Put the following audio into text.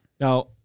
Now